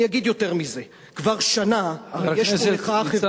אני אגיד יותר מזה: כבר שנה יש פה מחאה חברתית,